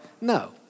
No